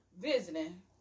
visiting